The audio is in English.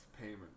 payment